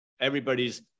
everybody's